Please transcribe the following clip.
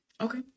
okay